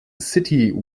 city